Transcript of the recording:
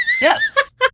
Yes